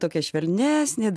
tokia švelnesnė